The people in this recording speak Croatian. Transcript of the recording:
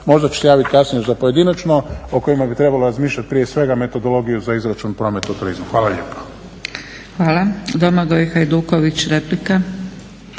možda ću se javiti kasnije za pojedinačno, o kojima bi trebalo razmišljati. Prije svega metodologija za izračun prometa od turizma. Hvala lijepa. **Zgrebec, Dragica (SDP)** Hvala. Domagoj Hajduković, replika.